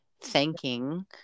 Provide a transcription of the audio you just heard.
thanking